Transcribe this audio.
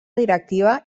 directiva